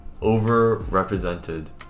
overrepresented